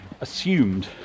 assumed